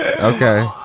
Okay